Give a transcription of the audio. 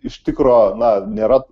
iš tikro na nėra